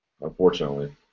unfortunately